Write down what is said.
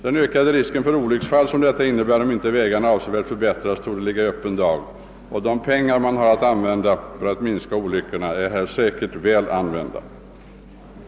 Den ökade risk för olycksfall som blir följden om inte vägarna avsevärt förbättras torde ligga i öppen dag, och de pengar som anslås i syfte att nedbringa olyckorna är säkerligen väl använda.